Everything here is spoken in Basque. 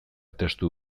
testu